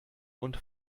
und